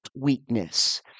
weakness